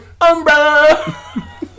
Umbrella